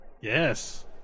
Yes